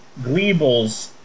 gleebles